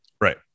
Right